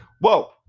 Whoa